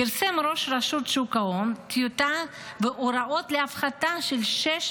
פרסם ראש רשות שוק ההון טיוטה והוראות להפחתה של 600